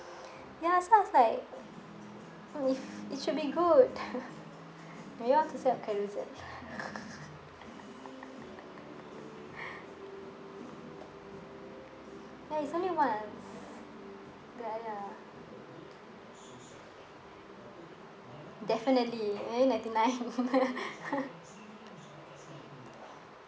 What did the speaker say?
ya so I was like it should be good maybe want to sell at carousell ya it's only once that I ya definitely maybe ninety-nine